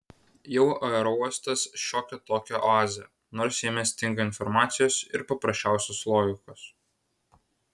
jau aerouostas šiokia tokia oazė nors jame stinga informacijos ir paprasčiausios logikos